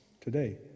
today